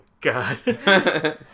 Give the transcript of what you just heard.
God